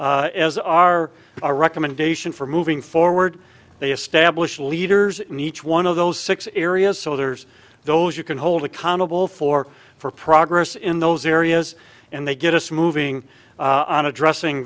as our recommendation for moving forward they established leaders need one of those six areas so there's those you can hold accountable for for progress in those areas and they get us moving on addressing